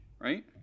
right